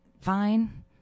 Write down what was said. fine